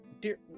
dear